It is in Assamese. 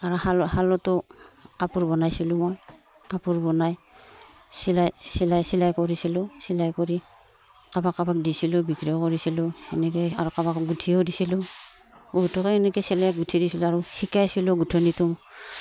আৰু শালতো কাপোৰ বনাইছিলোঁ মই কাপোৰ বনাই চিলাই চিলাই চিলাই কৰিছিলোঁ চিলাই কৰি কাৰোবাক কাৰোবাক দিছিলোঁ বিক্ৰীও কৰিছিলোঁ এনেকৈয়ে আৰু কাৰোবাক কাৰোবাক গোঁঠিও দিছিলোঁ বহুতকে এনেকৈ চিলাই গোঁঠি দিছিলোঁ আৰু শিকাইছিলোঁ গোঁঠনিটো